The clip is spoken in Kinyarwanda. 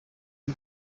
y’u